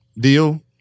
deal